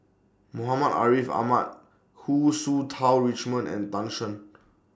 Muhammad Ariff Ahmad Hu Tsu Tau Richman and Tan Shen